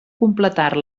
completar